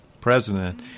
president